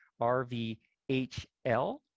RVHL